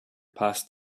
passed